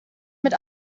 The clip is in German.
mit